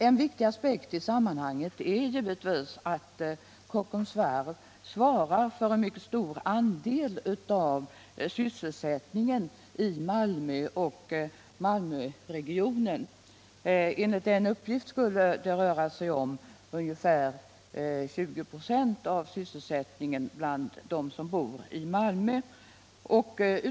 En viktig aspekt i sammanhanget är givetvis att Kockums varv svarar för en mycket stor andel av sysselsättningen i Malmö och Malmöregionen. Enligt en uppgift skulle det röra sig om ungefär 20 96 av sysselsättningen för dem som bor i Malmö.